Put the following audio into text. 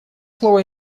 слово